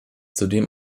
zudem